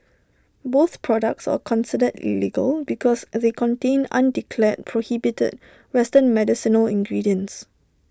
both products are considered illegal because they contain undeclared prohibited western medicinal ingredients